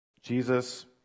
Jesus